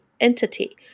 entity